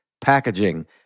packaging